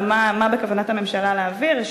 ומה בכוונת הממשלה להעביר.